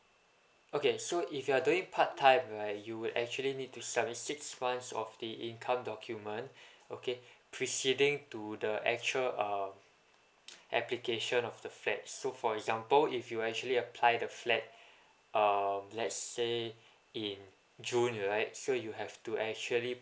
okay so if you are doing part time right you would actually need to submit six months of the income document okay preceding to the actual um application of the flat so for example if you will actually apply the flat um let's say in june right so you have to actually